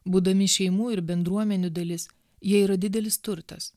būdami šeimų ir bendruomenių dalis jie yra didelis turtas